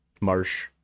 Marsh